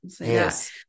Yes